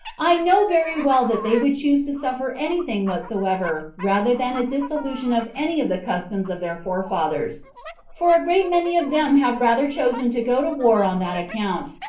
i know very well that they would choose to suffer any thing whatsoever rather than a dissolution of any of the customs of their forefathers for a great many of them have rather chosen to go to war on that account,